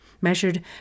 measured